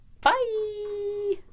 Bye